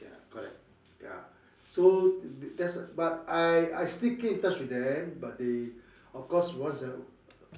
ya correct ya so that's uh but I I still keep in touch with them but they of course once in awh~